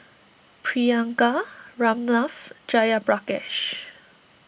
Priyanka Ramnath Jayaprakash